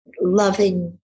loving